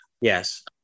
yes